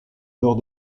nord